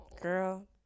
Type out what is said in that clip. Girl